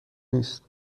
نیست